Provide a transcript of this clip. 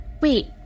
Wait